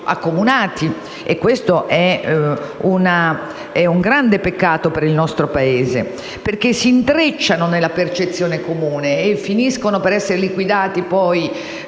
- è un grande peccato per il nostro Paese - perché si intrecciano nella percezione comune e finiscono per essere liquidati, poi,